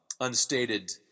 unstated